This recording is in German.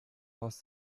aus